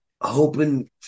Hoping